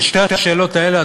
שתי השאלות האלה,